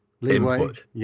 input